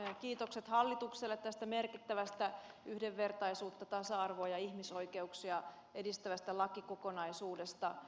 kiitokset hallitukselle tästä merkittävästä yhdenvertaisuutta tasa arvoa ja ihmisoikeuksia edistävästä lakikokonaisuudesta